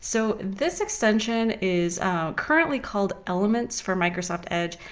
so this extension is currently called elements for microsoft edge.